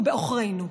הוא בעוכרינו: